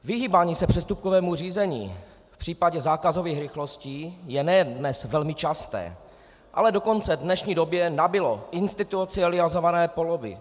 Vyhýbání se přestupkovému řízení v případě zákazových rychlostí je nejen dnes velmi časté, ale dokonce v dnešní době nabylo institucionalizované podoby.